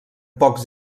pocs